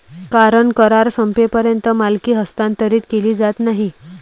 कारण करार संपेपर्यंत मालकी हस्तांतरित केली जात नाही